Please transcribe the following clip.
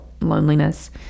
loneliness